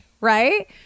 right